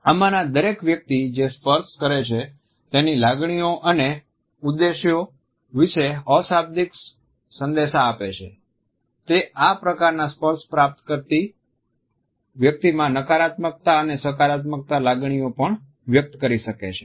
આમાના દરેક વ્યક્તિ જે સ્પર્શ કરે છે તેની લાગણી અને ઉદ્દેશો વિશે અશાબ્દિક સંદેશા આપે છે તે આ પ્રકારના સ્પર્શ પ્રાપ્ત કરતી વ્યક્તિમાં નકારાત્મક અને સકારાત્મક લાગણીઓ પણ વ્યક્ત કરી શકે છે